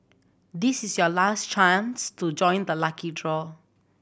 this is your last chance to join the lucky draw